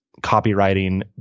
copywriting